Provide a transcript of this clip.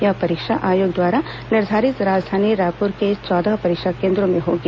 यह परीक्षा आयोग द्वारा निर्धारित राजधानी रायपुर के चौदह परीक्षा केन्द्रों में होगी